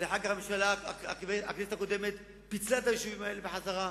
אחר כך הכנסת הקודמת פיצלה את היישובים האלה בחזרה.